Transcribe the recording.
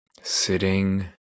sitting